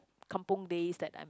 kampung days that I'm